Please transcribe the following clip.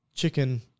chicken